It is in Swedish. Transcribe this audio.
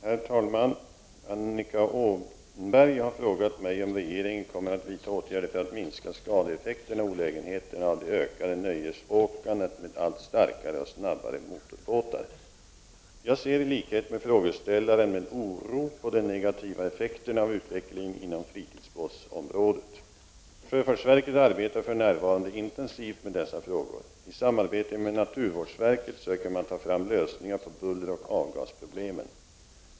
Herr talman! Annika Åhnberg har frågat mig om regeringen kommer att vidta åtgärder för att minska skadeeffekterna och olägenheterna av det ökade nöjesåkandet med allt starkare och snabbare motorbåtar. Jag ser i likhet med frågeställaren med oro på de negativa effekterna av utvecklingen inom fritidsbåtsområdet. Sjöfartsverket arbetar för närvarande intensivt med dessa frågor. I samarbete med naturvårdsverket söker man ta fram lösningar på bulleroch avgasproblemen.